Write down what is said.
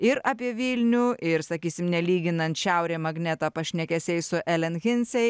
ir apie vilnių ir sakysim nelyginant šiaurė magnetą pašnekesiai su elen hinsei